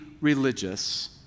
religious